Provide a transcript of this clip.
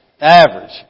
average